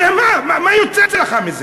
מה יוצא לך מזה?